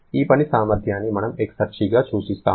ఈ పని సామర్థ్యాన్ని మనం ఎక్సర్జీగా సూచిస్తాము